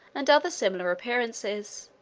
and other similar appearances.